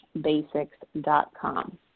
basics.com